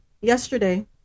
Yesterday